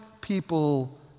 people